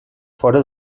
fora